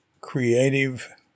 creative